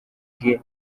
bwe